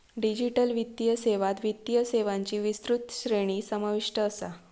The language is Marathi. डिजिटल वित्तीय सेवात वित्तीय सेवांची विस्तृत श्रेणी समाविष्ट असा